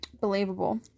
Believable